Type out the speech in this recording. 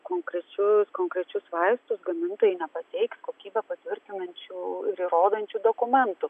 konkrečius konkrečius vaistus gamintojai pateiks kokybę patvirtinančių ir įrodančių dokumentų